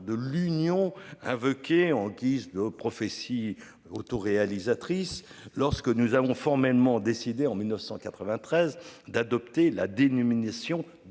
de l'Union invoqué en guise de prophétie. Autoréalisatrice lorsque nous avons formellement décidé en 1993 d'adopter la dénomination